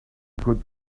could